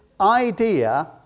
idea